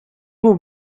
will